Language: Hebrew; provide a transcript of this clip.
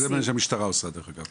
זה מה שהמשטרה עושה, דרך אגב.